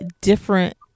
different